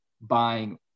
buying